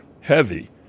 heavy